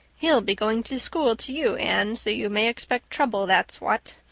he'll be going to school to you, anne, so you may expect trouble, that's what.